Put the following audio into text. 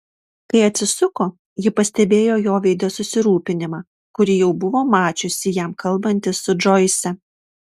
kai atsisuko ji pastebėjo jo veide susirūpinimą kurį jau buvo mačiusi jam kalbantis su džoise